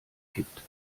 kippt